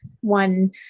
One